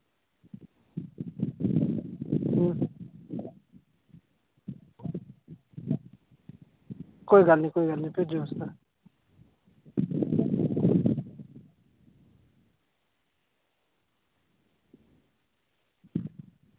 कोई गल्ल निं कोई गल्ल निं भेजेओ तुस